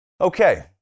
Okay